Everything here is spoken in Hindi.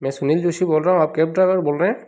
मैं सुनील जोशी बोल रहा हूँ आप कैब ड्राइवर बोल रहे हैं